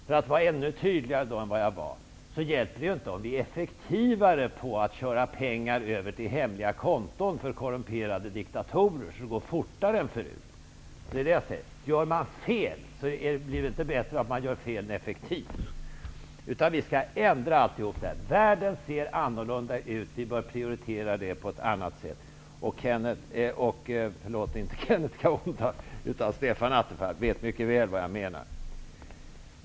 För att vara ännu tydligare än vad jag var kan jag säga att det inte hjälper om vi blir effektivare på att köra över pengar till hemliga konton för korrumperade diktatorer så att det går fortare än tidigare. Det är det jag säger. Om man gör fel, blir det inte bättre av att man gör fel effektivt. Vi skall ändra alltihop. Världen ser annorlunda ut, och vi bör prioritera det på ett annat sätt. Stefan Attefall vet mycket väl vad jag menar.